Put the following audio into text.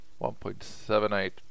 1.78